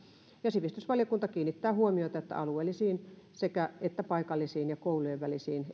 sivistysvaliokunta kiinnittää huomiota alueellisiin sekä paikallisiin ja koulujen välisiin